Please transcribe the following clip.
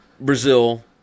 Brazil